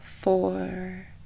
four